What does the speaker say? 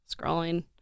scrolling